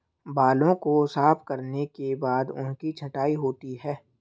बालों को साफ करने के बाद उनकी छँटाई होती है